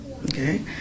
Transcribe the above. okay